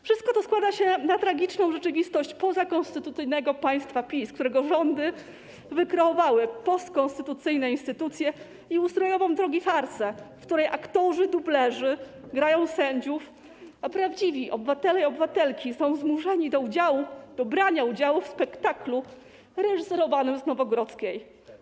Wszystko to składa się na tragiczną rzeczywistość pozakonstytucyjnego państwa PiS, którego rządy wykreowały postkonstytucyjne instytucje i ustrojową tragifarsę, w której aktorzy dublerzy grają sędziów, a prawdziwi obywatele i obywatelki są zmuszani do brania udziału w spektaklu reżyserowanym z Nowogrodzkiej.